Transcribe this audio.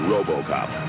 Robocop